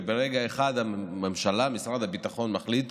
וברגע אחד הממשלה ומשרד הביטחון מחליטים